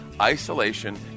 isolation